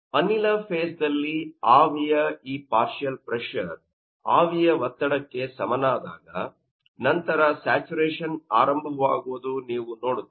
ಅನಿಲ ಫೇಸ್ ದಲ್ಲಿ ಆವಿಯ ಈ ಪಾರ್ಷಿಯಲ್ ಪ್ರೆಶರ್ ಆವಿಯ ಒತ್ತಡಕ್ಕೆ ಸಮನಾದಾಗನಂತರ ಸ್ಯಾಚರೇಶನ್ ಆರಂಭವಾಗುವುದು ನೀವು ನೋಡುತ್ತೀರಿ